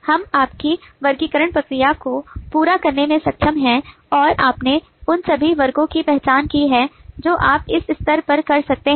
हम आपकी वर्गीकरण प्रक्रिया को पूरा करने में सक्षम हैं और आपने उन सभी वर्गों की पहचान की है जो आप इस स्तर पर कर सकते हैं